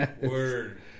word